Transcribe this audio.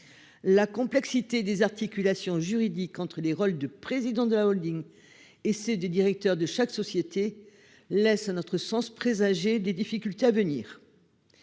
La complexité des articulations juridique entre les rôles de président de la Holding et c'est des directeurs de chaque société laisse à notre sens présager des difficultés à venir.